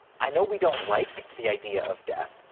i know we don't like the idea of death,